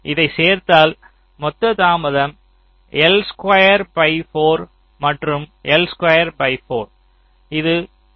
இதை சேர்த்தால் மொத்த தாமதம் L ஸ்குயர் பை 4 மற்றும் L ஸ்குயர் பை 4 இது K L ஸ்குயர் பை 2 ஆக இருக்கும்